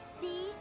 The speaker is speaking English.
See